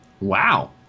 Wow